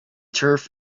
turf